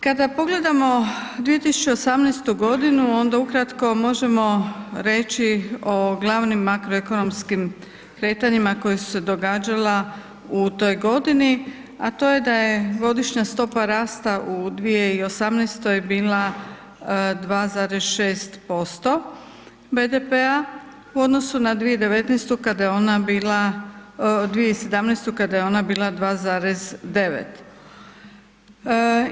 Kada pogledamo 2018.-tu godinu, onda ukratko možemo reći o glavnim makroekonomskim kretanjima koja su se događala u toj godini, a to je da je godišnja stopa rasta u 2018.-oj bila 2,6% BDP-a u odnosu na 2019.-tu kada je ona bila, 2017.-tu kada je ona bila 2,9.